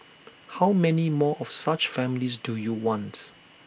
how many more of such families do you want